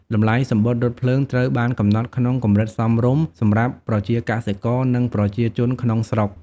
តម្លៃសំបុត្ររថភ្លើងត្រូវបានកំណត់ក្នុងកម្រិតសមរម្យសម្រាប់ប្រជាកសិករនិងប្រជាជនក្នុងស្រុក។